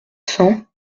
cents